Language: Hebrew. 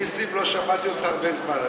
נסים, לא שמעתי אותך הרבה זמן.